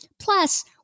Plus